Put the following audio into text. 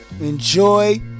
enjoy